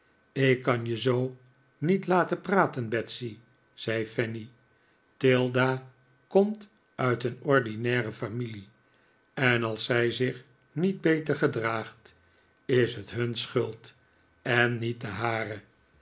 ik kan je zoo niet laten praten betsy zei fanny tilda komt uit een ordinaire familie en als zij zich niet beter gedraagt is het hun schuld en niet de hare